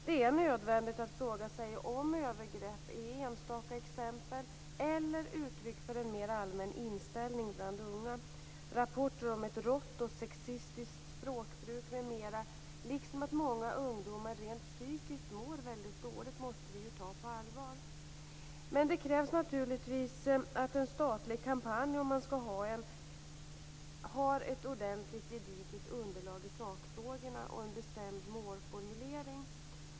Det är nödvändigt att fråga sig om övergrepp är enstaka exempel eller uttryck för en mer allmän inställning bland unga. Rapporter om ett rått och sexistiskt språkbruk m.m. liksom att många ungdomar rent psykiskt mår väldigt dåligt måste vi ta på allvar. Om man skall ha en statlig kampanj krävs naturligtvis att den har ett ordentligt gediget underlag i sakfrågorna och en bestämd målformulering.